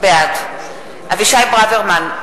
בעד אבישי ברוורמן,